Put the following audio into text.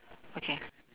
okay